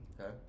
Okay